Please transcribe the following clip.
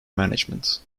management